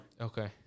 Okay